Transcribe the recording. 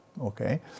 okay